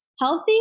healthy